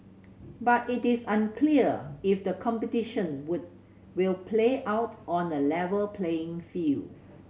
but it is unclear if the competition would will play out on a level playing field